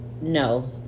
no